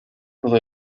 todo